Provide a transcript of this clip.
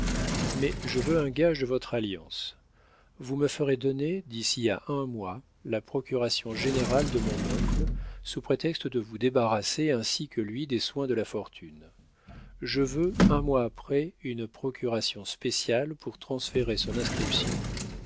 mais je veux un gage de notre alliance vous me ferez donner d'ici à un mois la procuration générale de mon oncle sous prétexte de vous débarrasser ainsi que lui des soins de la fortune je veux un mois après une procuration spéciale pour transférer son inscription